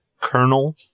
Colonel